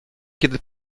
kiedy